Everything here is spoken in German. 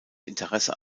interesse